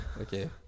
Okay